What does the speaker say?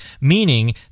meaning